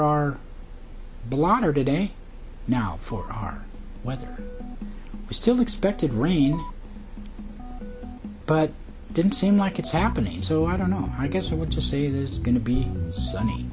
our blotter today now for our weather still expected rain but didn't seem like it's happening so i don't know i guess i would just say there's going to be s